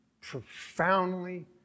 Profoundly